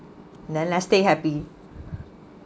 l~ last stay happy